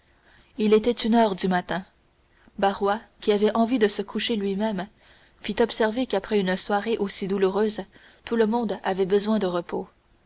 il était une heure du matin barrois qui avait envie de se coucher lui-même fit observer qu'après une soirée aussi douloureuse tout le monde avait besoin de repos